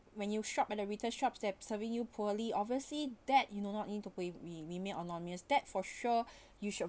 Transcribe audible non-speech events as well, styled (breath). when you shop at the retail shops at serving you poorly obviously that you will not need to put we we made anonymous that for sure (breath) you should